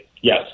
yes